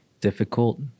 difficult